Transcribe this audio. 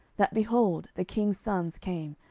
that, behold, the king's sons came,